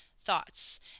thoughts